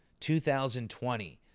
2020